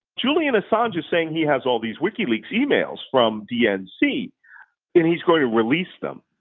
julian assange is saying he has all these wikileaks emails from dnc and he's going to release them.